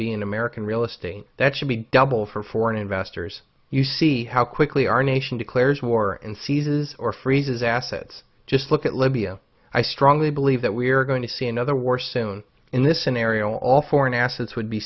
be in american real estate that should be double for foreign investors you see how quickly our nation declares war and seizes or freezes assets just look at libya i strongly believe that we're going to see another war soon in this scenario all foreign assets would be